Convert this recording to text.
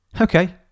Okay